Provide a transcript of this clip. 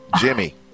Jimmy